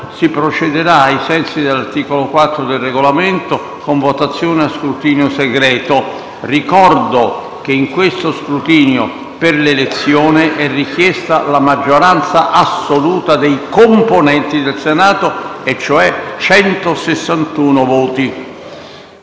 si procederà, ai sensi dell'articolo 4 del Regolamento, con votazione a scrutinio segreto. Ricordo che in questo scrutinio per l'elezione è richiesta la maggioranza assoluta dei componenti del Senato, e cioè 161 voti.